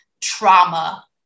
trauma